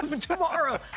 Tomorrow